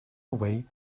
away